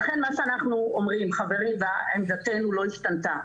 לכן אנחנו אומרים ועמדתנו לא השתנתה,